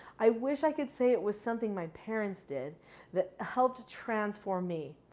i wish i could say it was something my parents did that helped transform me.